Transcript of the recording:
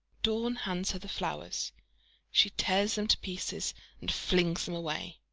dorn hands her the flowers she tears them to pieces and flings them away.